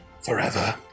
forever